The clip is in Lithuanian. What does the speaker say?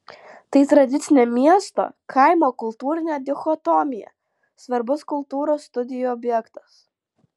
tai tradicinė miesto kaimo kultūrinė dichotomija svarbus kultūros studijų objektas